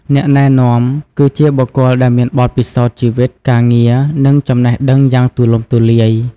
អ្នកណែនាំ គឺជាបុគ្គលដែលមានបទពិសោធន៍ជីវិត ការងារ និងចំណេះដឹងយ៉ាងទូលំទូលាយ។